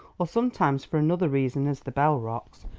or sometimes, for another reason, as the bell rocks,